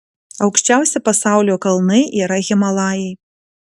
aukščiausi pasaulio kalnai yra himalajai